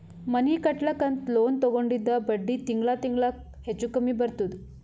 ಮನಿ ಕಟ್ಲಕ್ ಅಂತ್ ಲೋನ್ ತಗೊಂಡಿದ್ದ ಬಡ್ಡಿ ತಿಂಗಳಾ ತಿಂಗಳಾ ಹೆಚ್ಚು ಕಮ್ಮಿ ಬರ್ತುದ್